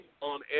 on